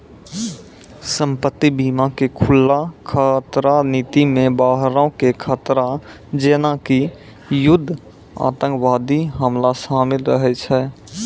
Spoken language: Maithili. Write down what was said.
संपत्ति बीमा के खुल्ला खतरा नीति मे बाहरो के खतरा जेना कि युद्ध आतंकबादी हमला शामिल रहै छै